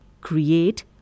Create